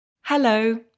Hello